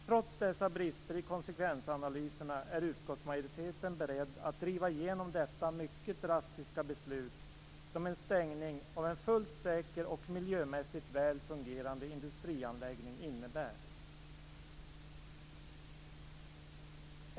Trots dessa brister i konsekvensanalyserna är utskottsmajoriteten beredd att driva igenom detta mycket drastiska beslut som en stängning av en fullt säker och miljömässigt väl fungerande industrianläggning innebär.